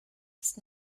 ist